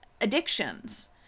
addictions